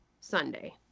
Sunday